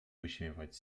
wyśmiewać